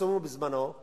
שפרסמו אותו בזמנו,